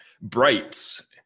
brights